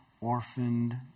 orphaned